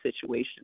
situation